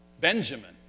Benjamin